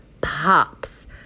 pops